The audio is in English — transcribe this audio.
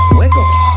wiggle